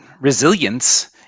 resilience